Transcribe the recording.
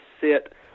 sit